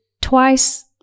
twice